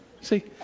See